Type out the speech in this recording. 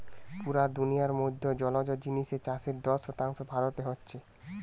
পুরা দুনিয়ার মধ্যে জলজ জিনিসের চাষের দশ শতাংশ ভারতে হচ্ছে